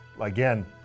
Again